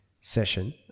session